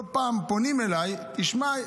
לא פעם פונים אליי: תשמע,